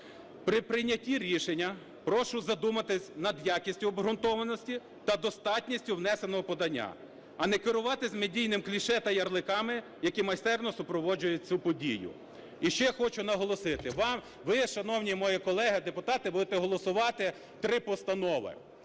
при прийнятті рішення прошу задуматись над якістю обґрунтованості та достатністю внесеного подання, а не керуватись медійними кліше та ярликами, які майстерно супроводжують цю подію. І ще хочу наголосити вам. Ви, шановні мої колеги-депутати, будете голосувати три постанови.